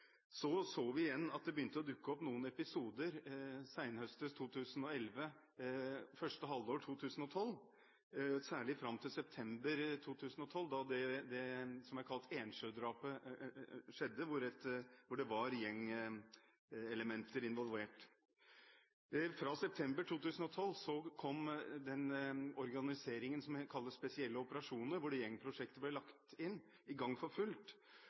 første halvår 2012 – særlig fram til september 2012 da det som er kalt Ensjø-drapet, skjedde, hvor det var gjengelementer involvert. Fra september 2012 kom organiseringen av det som kalles spesielle operasjoner, hvor gjengprosjektet ble lagt inn, i gang for fullt.